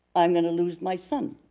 i'm gonna lose my sun.